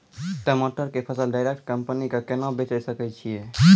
टमाटर के फसल डायरेक्ट कंपनी के केना बेचे सकय छियै?